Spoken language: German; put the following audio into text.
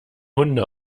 hunde